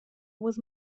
was